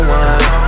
one